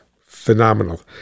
Phenomenal